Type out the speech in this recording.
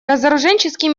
разоруженческий